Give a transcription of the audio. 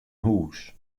hûs